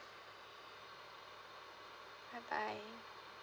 bye bye